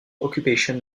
occupation